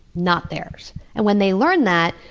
not theirs. and when they learn that,